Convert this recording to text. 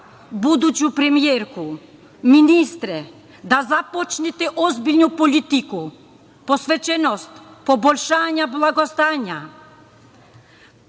buduću premijerku, ministre, da započnete ozbiljnu politiku, posvećenost, poboljšanja blagostanja.